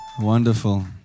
Wonderful